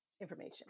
information